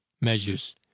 measures